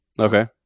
Okay